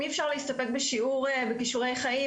אי אפשר להסתפק בשיעור בכישורי חיים,